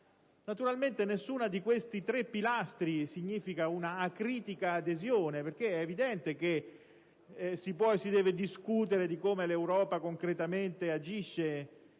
Naturalmente nessuno di questi tre pilastri significa un'adesione acritica. È evidente che si può e si deve discutere di come l'Europa concretamente agisce di